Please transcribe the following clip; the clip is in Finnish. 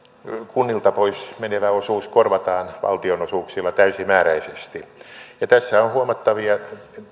kunnilta pois menevä osuus korvataan valtionosuuksilla täysimääräisesti tässä on huomattavia